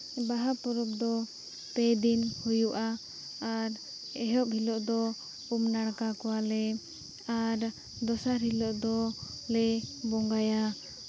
ᱵᱟᱦᱟ ᱯᱚᱨᱚᱵᱽ ᱫᱚ ᱯᱮ ᱫᱤᱱ ᱦᱩᱭᱩᱜᱼᱟ ᱟᱨ ᱮᱦᱚᱵ ᱦᱤᱞᱳᱜ ᱫᱚ ᱩᱢ ᱱᱟᱲᱠᱟ ᱠᱚᱣᱟᱞᱮ ᱟᱨ ᱫᱚᱥᱟᱨ ᱦᱤᱞᱳᱜ ᱫᱚᱞᱮ ᱵᱚᱸᱜᱟᱭᱟ